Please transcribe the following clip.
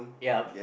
ya